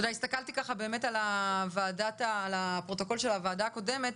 הסתכלתי על הפרוטוקול של הוועדה הקודמת